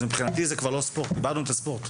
אז מבחינתי זה כבר לא ספורט איבדנו את הספורט,